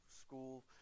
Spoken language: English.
school